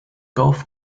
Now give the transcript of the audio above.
golf